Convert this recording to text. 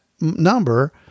number